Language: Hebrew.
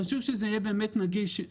חשוב שזה יהיה באמת נגיש,